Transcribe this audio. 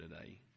today